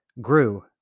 grew